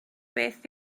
beth